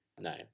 no